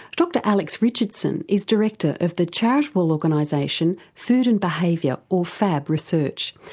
dr. alex richardson is director of the charitable organisation, food and behaviour, or fab research,